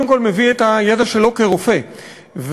שהכירו אותו כרופא מסור,